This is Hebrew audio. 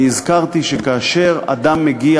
אני הזכרתי שכאשר אדם מגיע